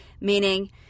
meaning